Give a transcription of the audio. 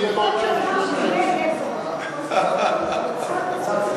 זה יהיה בעוד שבע-שמונה שנים.